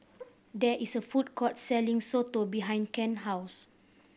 there is a food court selling soto behind Kent house